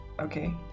okay